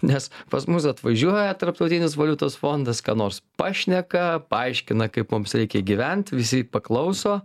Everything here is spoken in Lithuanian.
nes pas mus atvažiuoja tarptautinis valiutos fondas ką nors pašneka paaiškina kaip mums reikia gyvent visi paklauso